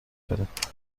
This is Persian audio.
کنید